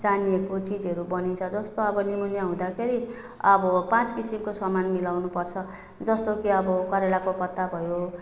जानिएको चिजहरू बनिन्छ जस्तो अब निमोनिया हुँदा चाहिँ अब पाँच किसिमको सामान मिलाउनुपर्छ जस्तो कि अब करेलाको पत्ता भयो